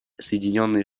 соединенные